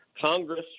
Congress